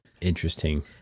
Interesting